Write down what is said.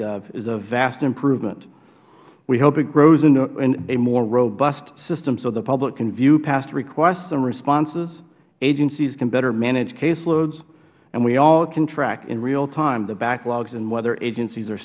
gov is a vast improvement we hope it grows into a more robust system so the public can view past requests and responses agencies can better manage caseloads and we all can track in real time the backlogs and whether agencies are